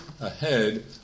Ahead